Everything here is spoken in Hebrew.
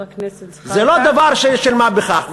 זה לא דבר של מה בכך.